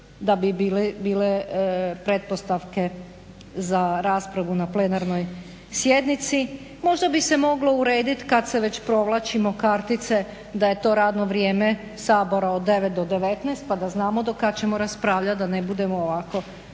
da bi bile pretpostavke za raspravu na plenarnoj sjednici. Možda bi se moglo urediti kad se već provlačimo kartice da je to radno vrijeme Sabora od 9 do 19 pa da znamo do kad ćemo raspravljati da ne budemo ovako rekli